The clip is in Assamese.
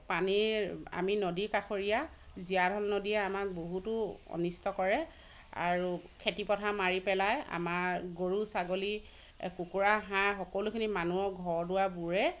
পানীৰ আমি নদী কাষৰীয়া জীয়া ঢল নদীয়ে আমাক বহুতো অনিষ্ট কৰে আৰু খেতিপথাৰ মাৰি পেলায় আমাৰ গৰু ছাগলী কুকুৰা হাঁহ সকলোখিনি মানুহৰ ঘৰ দুৱাৰ বুৰে